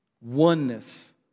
oneness